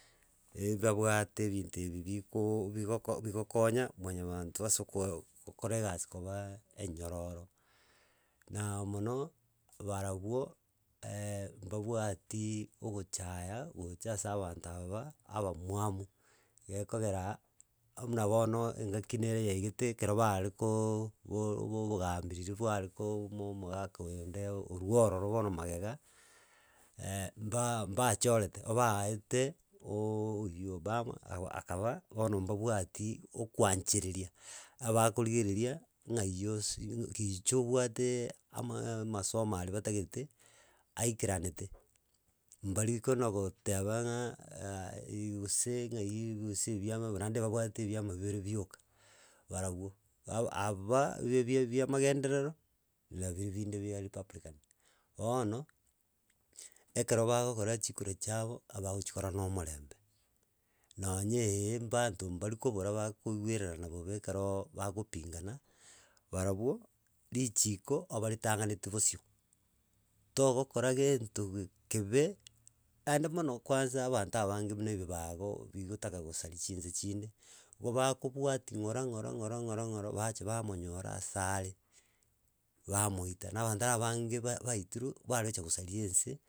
Eh mbabwate ebinto bikooo bikogo bigokonya mwanyabanto ase okoo gokora egasi koba enyororo, naa mono, barabwo, mbabwati ogochaya gocha ase abanto aba abamwamu, igekogera, muna bono engaki nere yaigete ekero bare koooogoo obogambi riri rware kooouma omogaka oyo onde orua ororo bono magega, mba mbachorete, obaaaete, oooooywo obama awu akaba, bono mbabwatii okwanchereria, abakorigereria ng'ai osi gicha obwateeee amaaa amasomo aria batagete, aikeranete mbari kona goteba ng'a aah iii gose ng'ai gose ebiama bo, naende babwate ebiama bibere bioka, barobwo, abaa bie bie bia amagenderero, na biri binde bia republican. Bono, ekero bagokora chikura chiabo abagochikora na omorembe, nonya eeh mbanto mbaria kobora bakoigwerna bobe ekerooo bagopingana, barobwo, richiko abaritang'anetie bosio, togokora gento ege kebe, aende mono kwanza abanto abange buna ebibago, bigotaka kosaria chinse chinde, igo bakobwati ng'ora ng'ora ng'ora ng'ora ng'ora bachi bamonyora ase are, bamoita. Na abanto abange ba baitirwe, baregocha kosria ense.